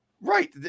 Right